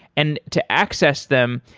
and to access them,